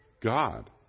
God